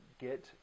get